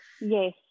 Yes